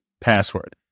password